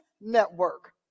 network